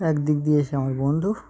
একদিক দিয়ে সে আমার বন্ধু